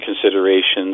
considerations